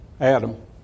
Adam